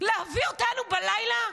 להביא אותנו בלילה?